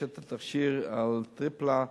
יש התכשיר Atripla,